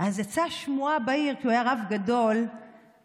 אז יצא שמועה בעיר, כי הוא היה רב גדול בקזבלנקה,